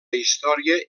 història